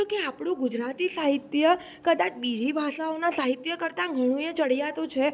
તો કે આપણું ગુજરાતી સાહિત્ય કદાચ બીજી ભાષાઓના સાહિત્ય કરતાં ઘણું એ ચડિયાતું છે